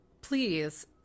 please